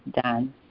done